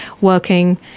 working